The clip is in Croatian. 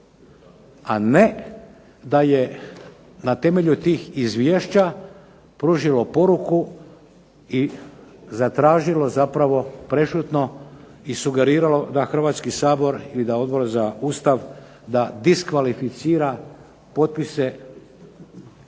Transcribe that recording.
A ne da je na temelju tih izvješća pružilo poruku i zatražilo zapravo prešutno i sugeriralo da Hrvatski sabor ili da Odbor za Ustav da diskvalificira potpise i